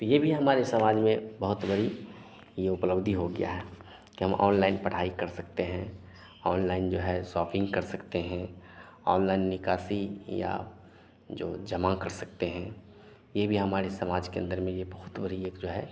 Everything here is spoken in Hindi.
तो यह भी हमारे समाज में बहुत बड़ी यह उपलब्धि हो गया है कि हम ऑनलाइन पढ़ाई कर सकते हैं ऑनलाइन जो है सॉपिंग कर सकते हैं ऑनलाइन निकासी या जो जमा कर सकते हैं यह भी हमारे समाज के अंदर में यह बहुत बड़ी एक जो है